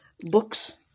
books